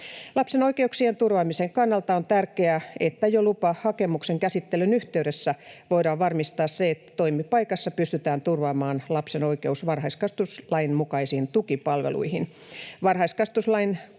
Lapsen oikeuksien turvaamisen kannalta on tärkeää, että jo lupahakemuksen käsittelyn yhteydessä voidaan varmistaa se, että toimipaikassa pystytään turvaamaan lapsen oikeus varhaiskasvatuslain mukaisiin tukipalveluihin.